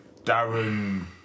Darren